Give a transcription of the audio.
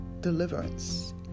Deliverance